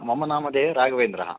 मम नामधेयं राघवेन्द्रः